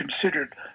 considered